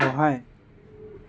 সহায়